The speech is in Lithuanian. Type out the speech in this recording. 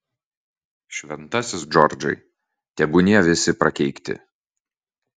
šventasis džordžai tebūnie visi prakeikti